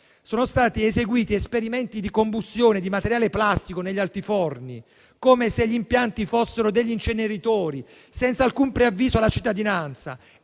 sono stati eseguiti esperimenti di combustione di materiale plastico negli altiforni, come se gli impianti fossero degli inceneritori, senza alcun preavviso alla cittadinanza.